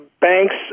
Banks